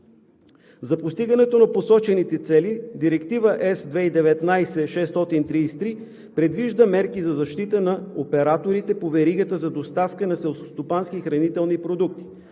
За постигането на посочените цели Директива ЕС 2019/633 предвижда мерки за защита на операторите по веригата за доставка на селскостопански и хранителни продукти.